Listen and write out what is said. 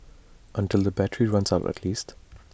until the battery runs out at least